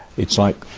it's like,